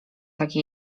taki